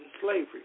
slavery